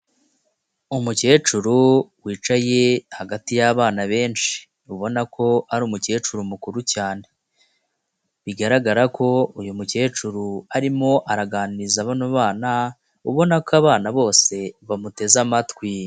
Umukecuru wicaye hagati y'abana benshi ubona ko ari umukecuru mukuru cyane, bigaragara ko uyu mukecuru arimo araganiriza bano bana, ubona ko abana bose bamuteze amatwi.